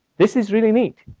this is really neat.